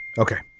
ok